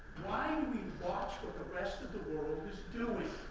why do we watch what the rest of the world is doing?